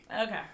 Okay